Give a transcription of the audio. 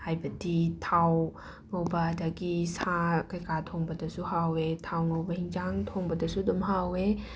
ꯍꯥꯏꯕꯗꯤ ꯊꯥꯎ ꯉꯧꯕ ꯑꯗꯒꯤ ꯁꯥ ꯀꯩ ꯀꯥ ꯊꯣꯡꯕꯗꯁꯨ ꯍꯥꯎꯋꯦ ꯊꯥꯎ ꯉꯧꯕ ꯍꯤꯟꯖꯥꯡ ꯊꯣꯡꯕꯗꯁꯨ ꯑꯗꯨꯝ ꯍꯥꯎꯋꯦ